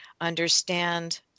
understand